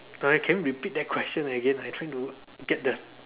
uh can you repeat that question again I'm trying to get the